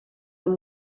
amb